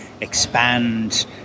expand